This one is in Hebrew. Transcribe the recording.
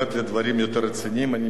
אני מאוד מקווה שזה יתוקן.